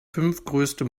fünftgrößte